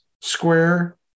square